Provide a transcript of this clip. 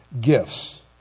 gifts